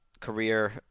career